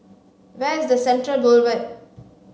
where is Central Boulevard